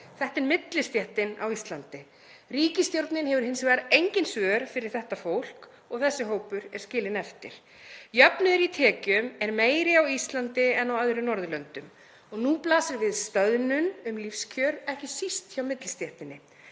Þetta er millistéttin á Íslandi. Ríkisstjórnin hefur hins vegar engin svör fyrir þetta fólk og þessi hópur er skilinn eftir. Jöfnuður í tekjum er meiri á Íslandi en á öðrum Norðurlöndum og nú blasir við stöðnun um lífskjör, ekki síst hjá millistéttinni,